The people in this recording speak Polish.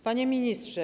Panie Ministrze!